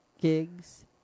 gigs